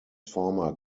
former